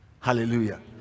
hallelujah